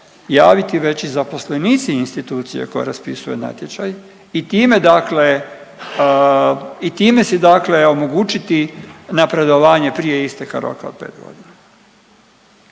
javiti već i zaposlenici institucije koja raspisuje natječaj i time dakle i time si dakle omogućiti napredovanje prije isteka roka od 5.g..